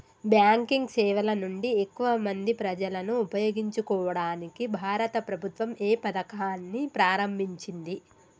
Banking సేవల నుండి ఎక్కువ మంది ప్రజలను ఉపయోగించుకోవడానికి భారత ప్రభుత్వం ఏ పథకాన్ని ప్రారంభించింది?